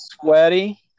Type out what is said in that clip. sweaty